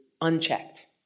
unchecked